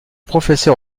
professeur